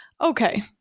okay